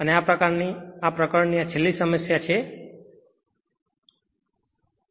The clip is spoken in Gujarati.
અને આ પ્રકરણની આ છેલ્લી સમસ્યા માટે આ છેલ્લી સમસ્યા છે